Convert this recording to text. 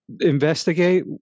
investigate